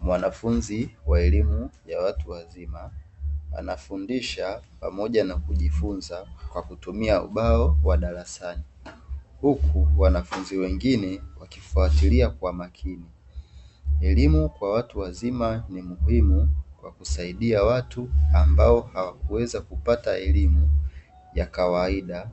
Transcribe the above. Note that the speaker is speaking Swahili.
Mwanafunzi wa elimu ya watu wazima anafundisha pamoja na kujifunza kwa kutumia ubao wa darasani huku wanafunzi wengine wakifatilia kwa makini, elimu kwa watu wazima ni muhimu kwa kusaidia watu ambao hawakuweza kupata elimu ya kawaida